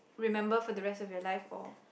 remember for the rest of your life or